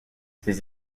ses